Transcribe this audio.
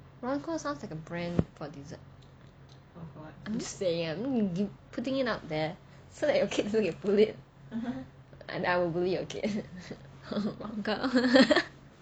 ron koh sounds like a brand for dessert I'm just saying I'm putting it out there so that your kids don't get bullied and I will bully your kid ron koh